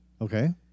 Okay